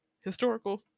historical